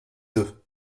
deux